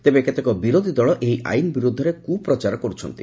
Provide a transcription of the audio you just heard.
ତେବେ କେତେକ ବିରୋଧୀ ଦଳ ଏହି ଆଇନ୍ ବିରୁଦ୍ଧରେ କୁପ୍ରଚାର କରୁଛନ୍ତି